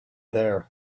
there